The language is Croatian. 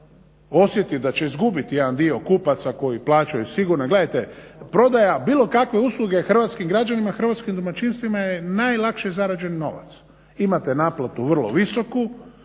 osjeti da će izgubiti jedan dio kupaca koji plaćaju sigurno. Jer gledajte, prodaja bilo kakve usluge hrvatskim građanima, hrvatskim domaćinstvima je najlakše zarađen novac. Imate naplatu vrlo visoku,